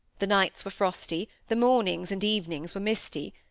the nights were frosty, the mornings and evenings were misty,